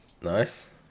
nice